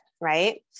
Right